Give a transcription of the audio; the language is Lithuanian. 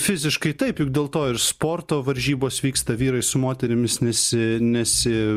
fiziškai taip juk dėl to ir sporto varžybos vyksta vyrai su moterimis nesi nesi